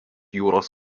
jūros